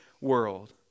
world